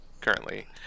currently